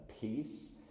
peace